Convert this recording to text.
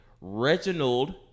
Reginald